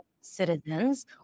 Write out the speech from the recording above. citizens